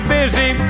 busy